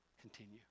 Continue